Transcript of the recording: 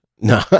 no